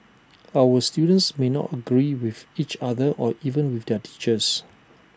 our students may not agree with each other or even with their teachers